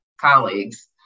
colleagues